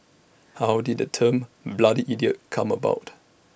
how did the term bloody idiot come about